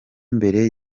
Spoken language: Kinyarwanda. mbere